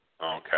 okay